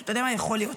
אתה יודע, יכול להיות.